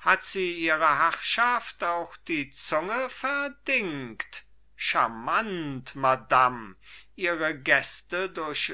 hat sie ihrer herrschaft auch die zunge verdingt scharmant madam ihre gäste durch